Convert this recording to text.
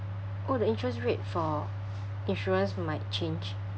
oh the interest rate for insurance might change